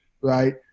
right